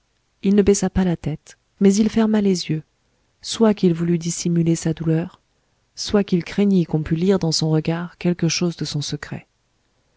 il ne baissa pas la tête mais il ferma les yeux soit qu'il voulût dissimuler sa douleur soit qu'il craignît qu'on pût lire dans son regard quelque chose de son secret